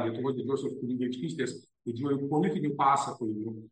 lietuvos didžiosios kunigaikštystės didžiuoju politiniu pasakojimu